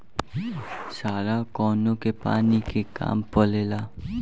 सारा कौनो के पानी के काम परेला